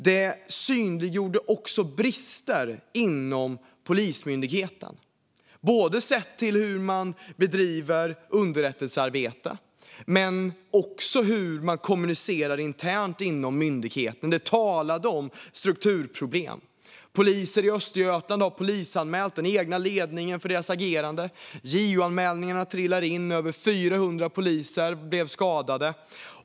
Det synliggjorde också brister inom Polismyndigheten, både i hur man bedriver underrättelsearbete och i hur man kommunicerar internt inom myndigheten. Det vittnade om strukturproblem. Poliser i Östergötland har polisanmält den egna ledningen för dess agerande. JO-anmälningarna trillar in. Över 400 poliser blev skadade.